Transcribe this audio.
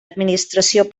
administració